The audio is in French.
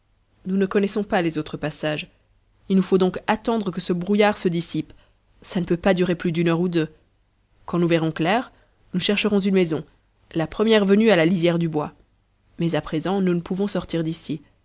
nous ne connaissons pas les autres passages il nous faut donc attendre que ce brouillard se dissipe ça ne peut pas durer plus d'une heure ou deux quand nous verrons clair nous chercherons une maison la première venue à la lisière du bois mais à présent nous ne pouvons sortir d'ici